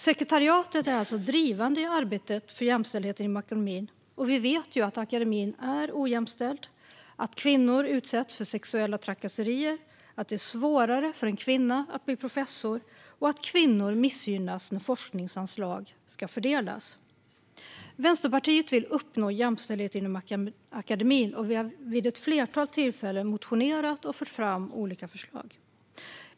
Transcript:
Sekretariatet är alltså drivande i arbetet för jämställdhet inom akademin, och vi vet att akademin är ojämställd, att kvinnor utsätts för sexuella trakasserier, att det är svårare för en kvinna att bli professor och att kvinnor missgynnas när forskningsanslag ska fördelas. Vänsterpartiet vill uppnå jämställdhet inom akademin, och vi har vid ett flertal tillfällen motionerat och fört fram olika förslag.